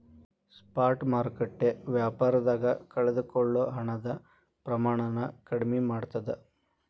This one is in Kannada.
ಸ್ಪಾಟ್ ಮಾರುಕಟ್ಟೆ ವ್ಯಾಪಾರದಾಗ ಕಳಕೊಳ್ಳೊ ಹಣದ ಪ್ರಮಾಣನ ಕಡ್ಮಿ ಮಾಡ್ತದ